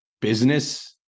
business